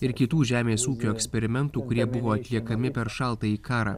ir kitų žemės ūkio eksperimentų kurie buvo atliekami per šaltąjį karą